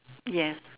yes